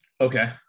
Okay